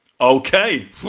Okay